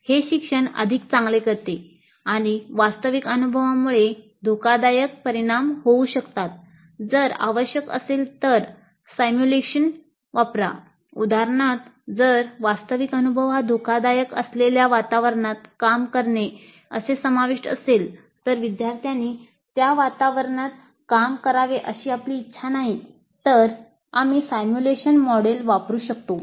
हे शिक्षण अधिक चांगले करते आणि वास्तविक अनुभवामुळे धोकादायक परिणाम होऊ शकतात जर आवश्यक असेल तर सिम्युलेशन वापरू शकतो